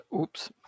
Oops